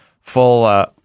full